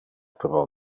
pro